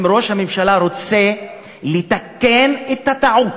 אם ראש הממשלה רוצה לתקן את הטעות,